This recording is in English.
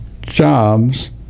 jobs